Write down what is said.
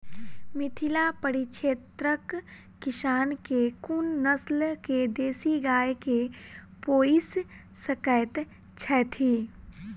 मिथिला परिक्षेत्रक किसान केँ कुन नस्ल केँ देसी गाय केँ पोइस सकैत छैथि?